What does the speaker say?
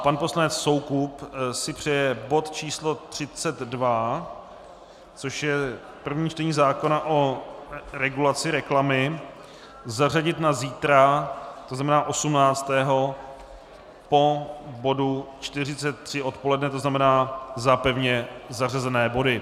Pan poslanec Soukup si přeje bod č. 32, což je první čtení zákona o regulaci reklamy, zařaditi na zítra, to znamená 18. po bodu 43 odpoledne, to znamená za pevně zařazené body.